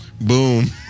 boom